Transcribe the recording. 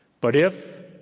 but if,